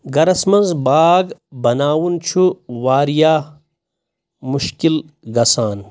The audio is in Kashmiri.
گرَس منٛز باغ بناوُن چھُ واریاہ مُشکِل گژھان